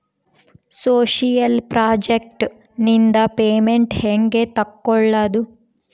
Social project ನಿಂದ payment ಹೆಂಗೆ ತಕ್ಕೊಳ್ಳದು?